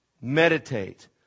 meditate